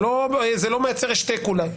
זה לא מייצר השתק אולי,